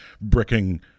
bricking